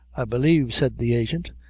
i believe, said the agent,